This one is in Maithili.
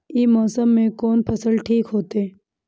ई मौसम में कोन फसल ठीक होते?